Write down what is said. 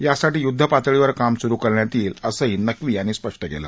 यासाठी युद्धपातळीवर काम सुरू करण्यात येईल असही नक्वी यांनी स्पष्ट केलं